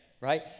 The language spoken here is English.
right